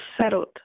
settled